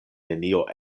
nenio